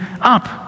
up